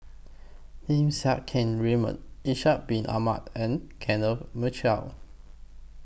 Lim Siang Keat Raymond Ishak Bin Ahmad and Kenneth Mitchell